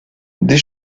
des